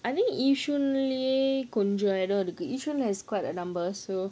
I think yishun கொஞ்சம் இடம் இருக்கு:konjam idam irukku yishun has quite a number so